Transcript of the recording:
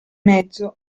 mezzo